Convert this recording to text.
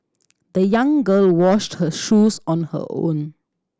the young girl washed her shoes on her own